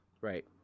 right